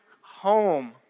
home